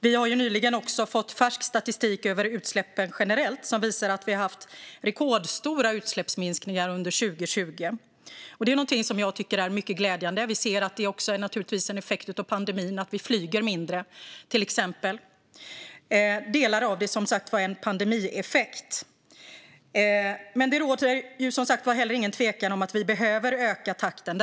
Vi har nyligen också fått färsk statistik över utsläppen generellt som visar att det har varit rekordstora utsläppsminskningar under 2020. Det är något som jag tycker är mycket glädjande. Naturligtvis ser vi också en effekt av pandemin, nämligen att vi flyger mindre. Delar är alltså en pandemieffekt. Men det råder inget tvivel om att vi behöver öka takten.